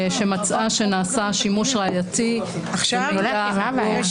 שמצאה שנעשה שימוש ראייתי במידע --- באחד